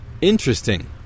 Interesting